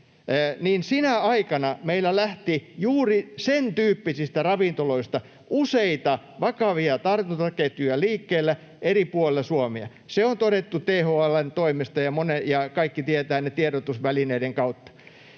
niin sinä aikana meillä lähti juuri sentyyppisistä ravintoloista useita vakavia tartuntaketjuja liikkeelle eri puolilla Suomea, se on todettu THL:n toimesta, ja kaikki tietävät ne tiedotusvälineiden kautta.